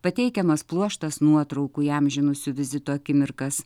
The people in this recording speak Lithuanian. pateikiamas pluoštas nuotraukų įamžinusių vizito akimirkas